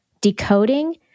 Decoding